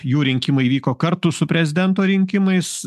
jų rinkimai vyko kartu su prezidento rinkimais